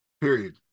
Period